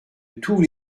tous